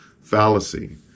fallacy